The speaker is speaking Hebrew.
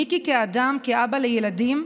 מיקי, כאדם, כאבא לילדים,